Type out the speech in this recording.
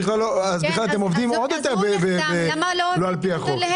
אז בכלל אתם עובדים עוד יותר לא על פי החוק.